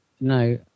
No